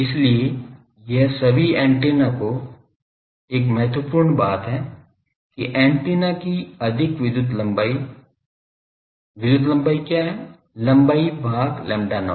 इसलिए यह सभी एंटेना की एक महत्वपूर्ण बात है कि एंटीना की अधिक विद्युत लंबाई विद्युत लंबाई क्या है लंबाई भाग lambda not